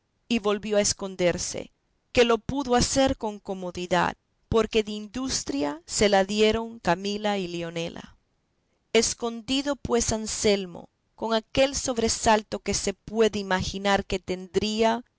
y volvió a esconderse que lo pudo hacer con comodidad porque de industria se la dieron camila y leonela escondido pues anselmo con aquel sobresalto que se puede imaginar que tendría